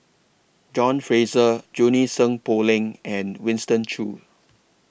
John Fraser Junie Sng Poh Leng and Winston Choos